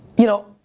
you know.